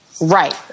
right